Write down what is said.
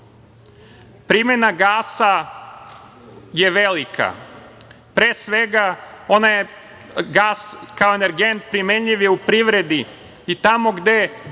okrug. Primena gasa je velika. Pre svega, gas kao energent primenljiv je u privredi i tamo gde dođe